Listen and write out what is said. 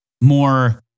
more